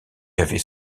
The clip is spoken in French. avait